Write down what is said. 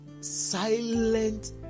silent